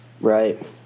Right